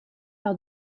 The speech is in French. par